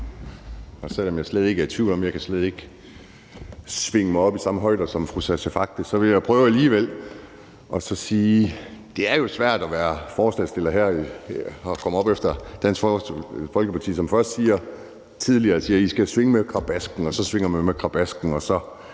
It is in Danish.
Selv om jeg ikke er i tvivl om, at jeg slet ikke kan svinge mig op i samme højder som fru Sascha Faxe, vil jeg prøve alligevel og sige, at det jo er svært at være forslagsstiller og komme op efter Dansk Folkeparti, som tidligere har sagt, at man skal svinge med krabasken, og så svinger man med krabasken, og så